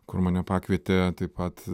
kur mane pakvietė taip pat